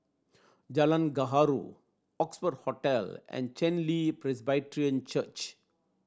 Jalan Gaharu Oxford Hotel and Chen Li Presbyterian Church